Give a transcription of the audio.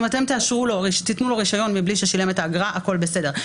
אם אתם תיתנו לו רישיון מבלי ששילם את האגרה הכול בסדר.